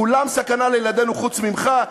כולם סכנה לילדינו חוץ ממך?